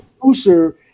producer